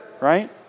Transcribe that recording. right